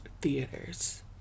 theaters